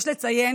יש לציין